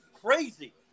crazy